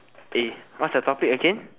what's your topic again